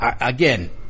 again